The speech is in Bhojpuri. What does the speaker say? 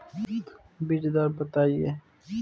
बीज दर बताई?